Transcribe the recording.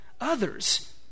others